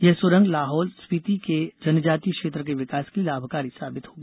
यह सुरंग लाहौल स्पीति के जनजातीय क्षेत्र के विकास के लिए लाभकारी साबित होगी